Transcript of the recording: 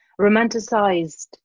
romanticized